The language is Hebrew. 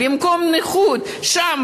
במקום נוחות שם,